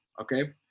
okay